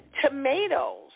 tomatoes